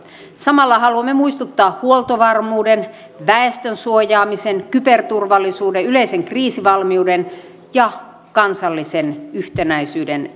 samalla haluamme muistuttaa huoltovarmuuden väestön suojaamisen kyberturvallisuuden yleisen kriisivalmiuden ja kansallisen yhtenäisyyden